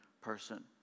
person